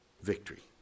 victory